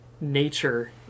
nature